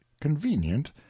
convenient